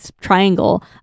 triangle